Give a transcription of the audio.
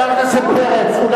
יש גבול, תסלח לי.